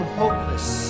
hopeless